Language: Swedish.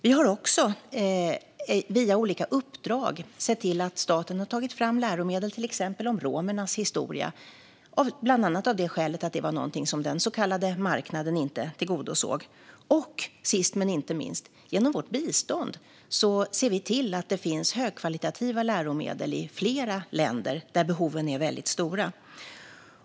Vi har också via olika uppdrag sett till att staten har tagit fram läromedel om till exempel romernas historia, bland annat av det skälet att det var något som den så kallade marknaden inte tillgodosåg. Sist, men inte minst, ser vi till att det med hjälp av biståndet finns högkvalitativa läromedel i flera länder där behoven är stora.